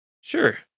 Sure